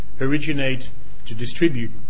originate-to-distribute